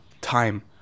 time